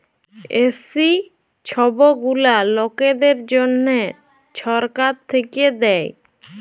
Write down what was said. SC ছব গুলা লকদের জ্যনহে ছরকার থ্যাইকে দেয়